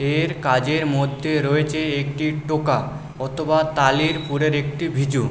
এর কাজের মধ্যে রয়েছে একটি টোকা অথবা তালির পুরের একটি ভিজু